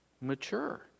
Mature